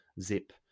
zip